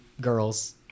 girls